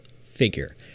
figure